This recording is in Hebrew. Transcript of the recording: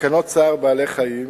תקנות צער בעלי-חיים